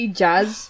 jazz